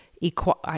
equal